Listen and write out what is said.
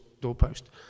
doorpost